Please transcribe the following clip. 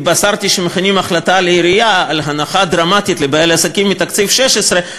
התבשרתי שמכינים החלטה לעירייה על הנחה דרמטית לבעלי העסקים מתקציב 16',